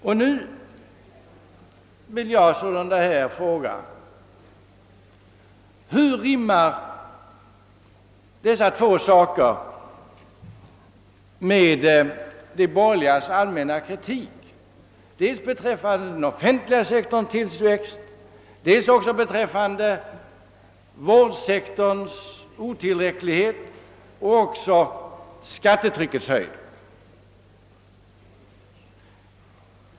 männa kritik beträffande dels den offentliga sektorns tillväxt, dels vårdsektorns otillräcklighet och dels skattetrycket?